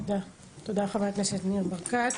תודה רבה חבר הכנסת ניר ברקת.